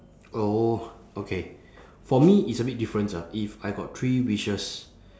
oh okay for me is a bit difference ah if I got three wishes